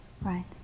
right